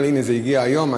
הנה זה הגיע היום,